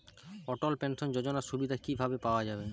অটল pension যোজনার সুবিধা কি ভাবে পাওয়া যাবে?